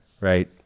Right